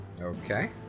Okay